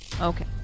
Okay